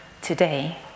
today